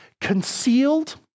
concealed